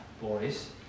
boys